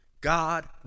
God